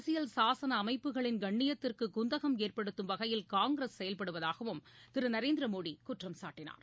அரசியல் சாசன அமைப்புகளின் கண்ணியத்திற்கு குந்தகம் ஏற்படுத்தும் வகையில் காங்கிரஸ் செயல்படுவதாகவும் திரு நரேந்திர மோடி குற்றம் சாட்டினார்